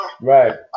Right